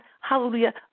hallelujah